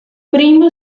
primo